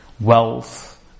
wealth